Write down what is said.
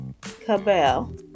Cabell